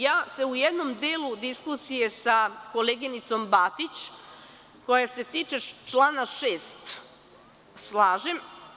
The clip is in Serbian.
Ja se u jednom delu diskusije sa koleginicom Batić, koja se tiče člana 6, slažem.